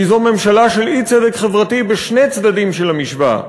כי זאת ממשלה של אי-צדק חברתי בשני הצדדים של המשוואה.